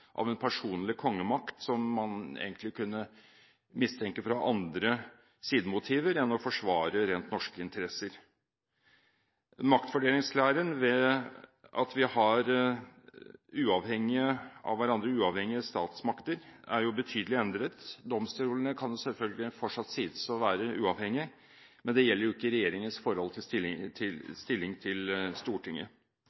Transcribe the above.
av en personlig kongemakt som man egentlig kunne mistenke for å ha andre sidemotiver enn å forsvare rent norske interesser. Maktfordelingslæren, ved at vi har statsmakter som er uavhengige av hverandre, er jo betydelig endret. Domstolene kan selvfølgelig fortsatt sies å være uavhengige, men det gjelder jo ikke regjeringens stilling til